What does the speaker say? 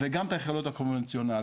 את היכולות הקונבנציונליות